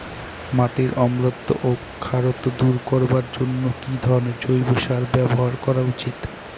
মাটির অম্লত্ব ও খারত্ব দূর করবার জন্য কি ধরণের জৈব সার ব্যাবহার করা উচিৎ?